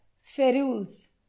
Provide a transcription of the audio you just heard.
Spherules